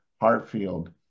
Hartfield